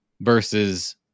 versus